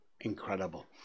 Incredible